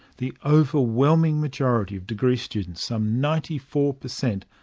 the overwhelming majority of degree students, some ninety four per cent,